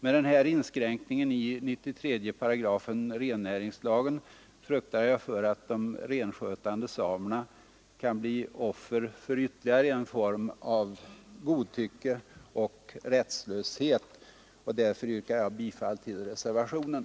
Med den här inskränkningen i 93 § rennäringslagen fruktar jag för att de renskötande samerna kan bli offer för ytterligare en form av godtycke och rättslöshet. Därför yrkar jag bifall till reservationen.